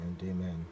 Amen